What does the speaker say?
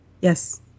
yes